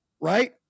right